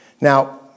Now